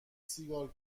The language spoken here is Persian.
سیگار